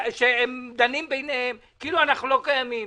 שהם דנים ביניהם כאילו אנחנו לא קיימים.